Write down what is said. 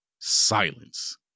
silence